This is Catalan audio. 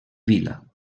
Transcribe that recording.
vila